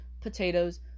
potatoes